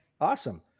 Awesome